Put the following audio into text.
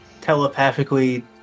telepathically